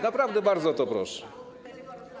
Naprawdę bardzo o to proszę.